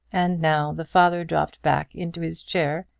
and now the father dropped back into his chair,